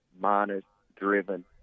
minus-driven